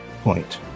point